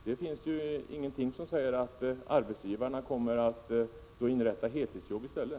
Det finns ju ingenting som säger att arbetsgivarna då kommer att inrätta heltidsjobb i stället.